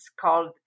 called